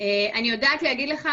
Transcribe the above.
אני יודעת להגיד לך,